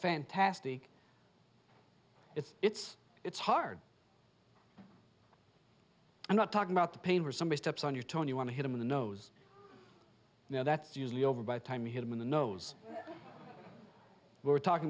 fantastic it's it's it's hard not talking about the pain for somebody steps on your tone you want to hit him in the nose now that's usually over by the time him in the nose we're talking